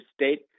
State